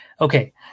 Okay